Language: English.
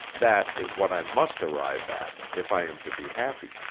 that is what i must arrive at, if i am to be happy.